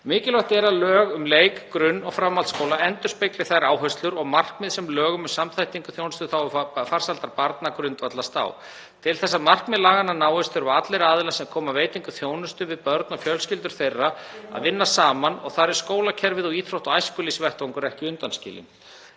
Mikilvægt er að lög um leik-, grunn- og framhaldsskóla endurspegli þær áherslur og markmið sem lög um samþættingu þjónustu í þágu farsældar barna grundvallast á. Til þess að markmið laganna náist þurfa allir aðilar sem koma að veitingu þjónustu við börn og fjölskyldur þeirra að vinna saman og þar er skólakerfið og íþrótta- og æskulýðsvettvangur ekki undanskilinn.